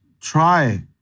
try